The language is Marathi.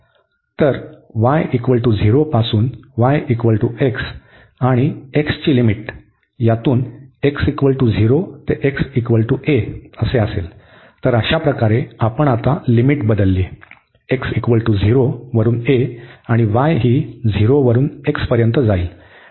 तर y0 पासून yx आणि x ची लिमिट यातून x0 ते xa असेल तर अशाप्रकारे आपण आता लिमिट बदलली x 0 वरून a आणि y ही 0 वरून x पर्यंत जाईल